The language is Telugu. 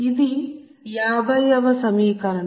ఇది 50 వ సమీకరణం